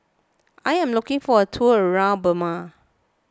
I am looking for a tour around Burma